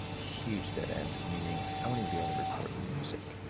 huge dead end meaning, i won't even be able to record music,